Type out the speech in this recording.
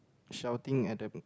shouting at the